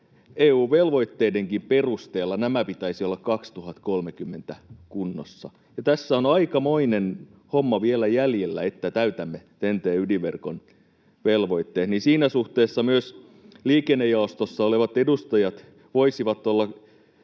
EU-velvoitteidenkin perusteella näiden pitäisi olla kunnossa 2030. Kun tässä on aikamoinen homma vielä jäljellä, että täytämme TEN-T-ydinverkon velvoitteet, niin siinä suhteessa myös liikennejaostossa olevat edustajat voisivat olla